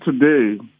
today